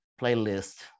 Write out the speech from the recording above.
playlist